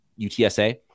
UTSA